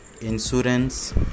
insurance